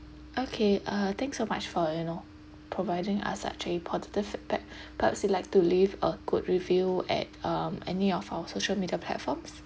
okay uh thanks so much for you know providing us such a positive feedback perhaps you'd like to leave a good review at um any of our social media platforms